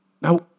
Now